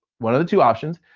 one of the two options.